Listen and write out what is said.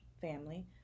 family